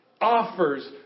offers